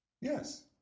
Yes